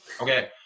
Okay